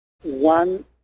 One